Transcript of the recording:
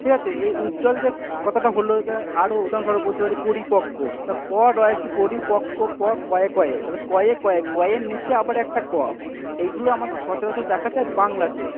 ঠিক আছে এই উজ্জ্বল যে কথাটা হলো আরও উদাহরণস্বরূপ বলতে পারি পরিপক্ক তা প র এ হ্রস্ব ই পরিপক্ক প কএ কএ তাহলে কএ কএ ক এর নিচে আবার একটা ক এইগুলো আমাদের সচরাচর দেখা যায় বাংলাতে